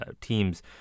teams